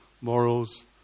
morals